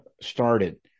started